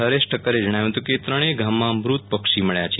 હરેશ ઠક્કરે જણાવ્યું હતું કે ત્રણેય ગામમાં મૃત પક્ષી મળ્યા છે